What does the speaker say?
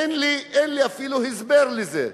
אין לי אפילו הסבר לזה,